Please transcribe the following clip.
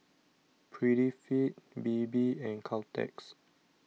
Prettyfit Bebe and Caltex